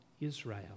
Israel